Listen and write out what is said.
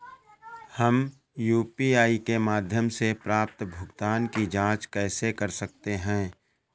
हम यू.पी.आई के माध्यम से प्राप्त भुगतान की जॉंच कैसे कर सकते हैं?